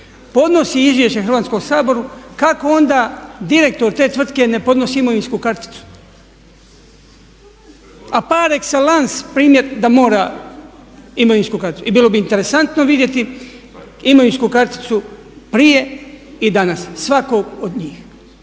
podnosi izvješće Hrvatskom saboru kako onda direktor te tvrtke ne podnosi imovinsku karticu. A par excellance primjer da mora imovinsku karticu. I bilo bi interesantno vidjeti imovinsku karticu prije i danas svakog od njih.